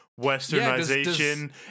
Westernization